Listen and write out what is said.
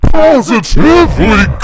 positively